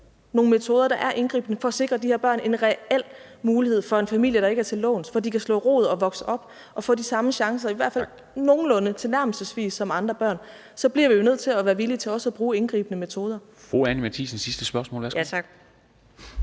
nogle metoder, der er indgribende, for at sikre de her børn en reel mulighed for en familie, der ikke er til låns, hvor de kan slå rod og vokse op og få de samme chancer, i hvert fald nogenlunde tilnærmelsesvis, som andre børn, så bliver vi jo nødt til at være villige til også at bruge indgribende metoder.